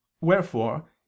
wherefore